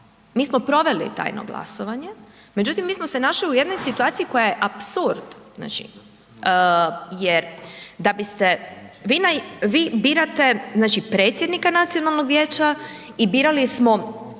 Mi smo proveli tajno glasovanje, međutim mi smo se našli u jednoj situaciji koja je apsurd jer da biste, vi birate znači predsjednika nacionalnog vijeća i birali smo